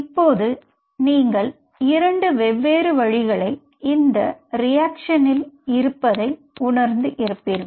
இப்போது நீங்கள் இரண்டு வெவ்வேறு வழிகளை இந்த ரியாக்ஷனல் இருப்பதை உணர்ந்து இருப்பிர்கள்